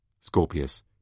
Scorpius